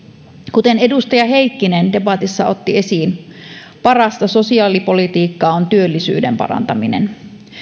kuten edustaja heikkinen debatissa otti esiin parasta sosiaalipolitiikkaa on työllisyyden parantaminen